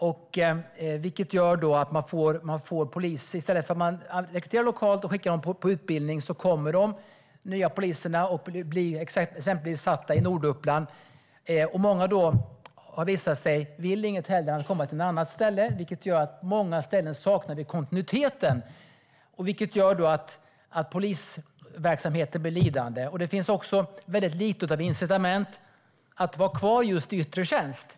I stället för att rekrytera personal lokalt och skicka den på utbildning kommer det nya poliser som exempelvis blir placerade i Norduppland. Det har visat sig att många inte vill något hellre än att komma till något annat ställe. Det gör att man på många ställen saknar kontinuitet, vilket gör att polisverksamheten blir lidande. Det finns också väldigt lite av incitament för att vara kvar i yttre tjänst.